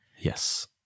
Yes